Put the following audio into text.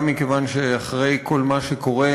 גם מכיוון שאחרי כל מה שקורה,